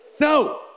No